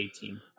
team